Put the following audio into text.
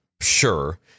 Sure